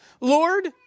Lord